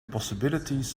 possibilities